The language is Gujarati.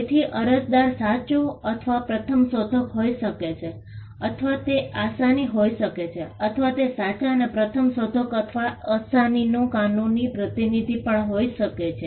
તેથી અરજદાર સાચો અથવા પ્રથમ શોધક હોઈ શકે છે અથવા તે અસાની હોઈ શકે છે અથવા તે સાચા અને પ્રથમ શોધક અથવા અસાનીનો કાનૂની પ્રતિનિધિ પણ હોઈ શકે છે